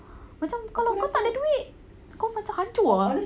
macam kalau kau tak ada duit kau macam hancur ah